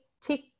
tick